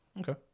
Okay